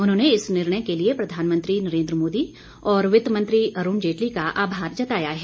उन्होंने इस निर्णय के लिए प्रधानमंत्री नरेन्द्र मोदी और वित्त मंत्री अरूण जेटली का आभार जताया है